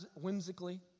whimsically